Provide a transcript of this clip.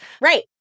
Right